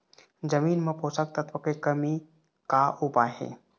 जमीन म पोषकतत्व के कमी का उपाय हे?